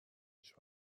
هیچ